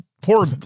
Poor